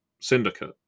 syndicate